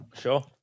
Sure